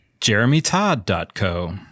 jeremytodd.co